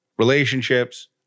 Relationships